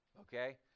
okay